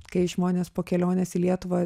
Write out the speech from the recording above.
kai žmonės po kelionės į lietuvą